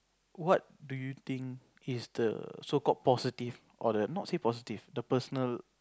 what do you think is the so called positive or the not say positive the personal